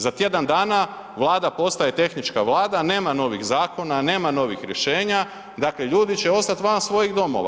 Za tjedan dana Vlada postaje tehnička Vlada, nema novih zakona, nema novih rješenja, dakle ljudi će ostati van svojih domova.